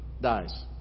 dies